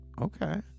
Okay